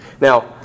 Now